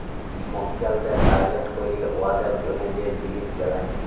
মক্কেলদের টার্গেট ক্যইরে উয়াদের জ্যনহে যে জিলিস বেলায়